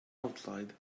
outside